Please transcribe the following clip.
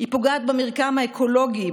היא פוגעת במרקם האקולוגי,